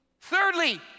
Thirdly